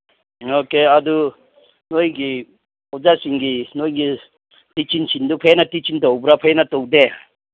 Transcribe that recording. okay ꯑꯗꯨ ꯅꯣꯏꯒꯤ ꯑꯣꯖꯥꯁꯤꯡꯒꯤ ꯅꯣꯏꯒꯤ ꯇꯤꯆꯤꯡꯁꯤꯡꯗꯨ ꯍꯦꯟꯅ ꯇꯤꯆꯤꯡ ꯇꯧꯕ꯭ꯔꯥ ꯍꯦꯟꯅ ꯇꯧꯗꯦ